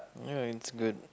ya it's good